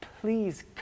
please